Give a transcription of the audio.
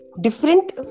different